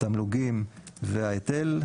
התמלוגים וההיטל,